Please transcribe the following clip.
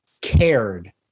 cared